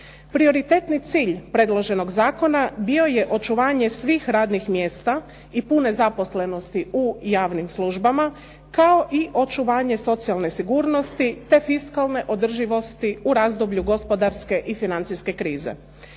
Prioritetni cilj predloženog zakona bio je očuvanje svih radnih mjesta i pune zaposlenosti u javnim službama kao i očuvanje socijalne sigurnosti, te fiskalne održivosti u razdoblju gospodarske i financijske krize.